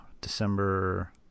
December